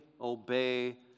obey